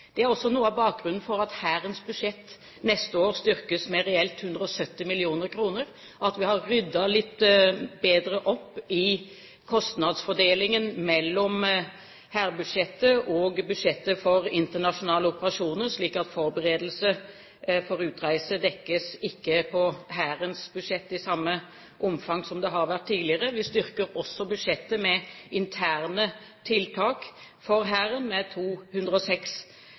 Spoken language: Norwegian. Det er også noe av bakgrunnen for at Hærens budsjett neste år styrkes med reelt 170 mill. kr, og at vi har ryddet litt bedre opp i kostnadsfordelingen mellom hærbudsjettet og budsjettet for internasjonale operasjoner, slik at forberedelse for utreise ikke dekkes over Hærens budsjett i samme omfang som det har vært tidligere. Vi styrker også budsjettet med interne tiltak – for Hæren 206